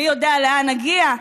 מי יודע לאן נגיע,